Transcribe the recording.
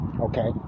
okay